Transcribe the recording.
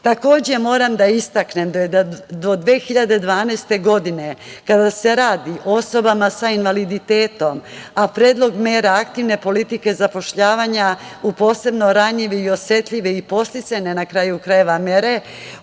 moram da istaknem da je do 2012. godine kada se radi o osobama sa invaliditetom, a predlog mera aktivne politike zapošljavanja u posebno ranjive i osetljive i podsticajne, na kraju krajeva, mere,